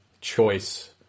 choice